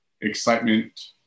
excitement